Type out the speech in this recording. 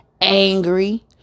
angry